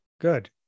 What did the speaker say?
Good